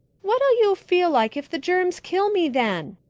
what'll you feel like if the germs kill me then?